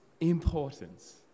importance